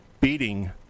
beating